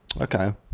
Okay